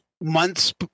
months